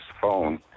phone